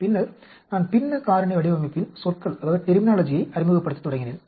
பின்னர் நான் பின்ன காரணி வடிவமைப்பின் சொற்களை அறிமுகப்படுத்தத் தொடங்கினேன்